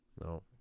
No